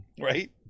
Right